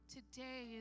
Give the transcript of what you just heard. Today